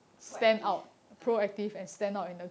proactive